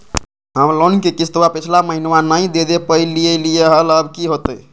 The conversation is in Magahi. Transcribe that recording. हम लोन के किस्तवा पिछला महिनवा नई दे दे पई लिए लिए हल, अब की होतई?